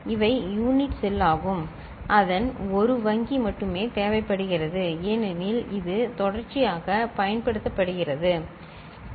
இவை unit cell ஆகும் அதன் ஒரு வங்கி மட்டுமே தேவைப்படுகிறது ஏனெனில் இது தொடர்ச்சியாக பயன்படுத்தப்படுகிறது சரி